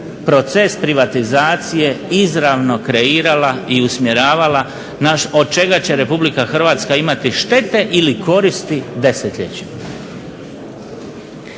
proces privatizacije izravno kreirala i usmjeravala naš, od čega će Republika Hrvatska imati štete ili koristi desetljećima.